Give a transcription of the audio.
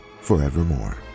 forevermore